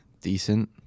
decent